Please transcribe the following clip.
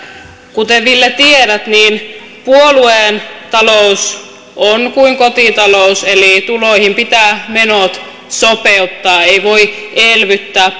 kuten ville tiedät niin puolueen talous on kuin kotitalous eli tuloihin pitää menot sopeuttaa ei voi elvyttää